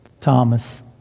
Thomas